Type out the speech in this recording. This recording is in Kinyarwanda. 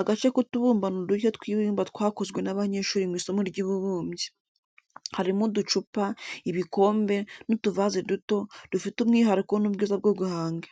Agace k’utubumbano duke tw’ibumba twakozwe n’abanyeshuri mu isomo ry’ububumbyi. Harimo uducupa, ibikombe, n’utuvaze duto, dufite umwihariko n’ubwiza bwo guhanga.